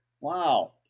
wow